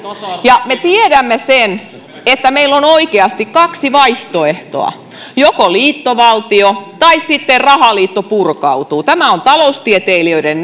ja me tiedämme sen että meillä on oikeasti kaksi vaihtoehtoa joko liittovaltio tai sitten rahaliitto purkautuu tämä on taloustieteilijöiden